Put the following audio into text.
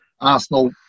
Arsenal